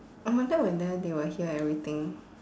I wonder whether they will hear everything